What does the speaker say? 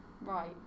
Right